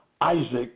Isaac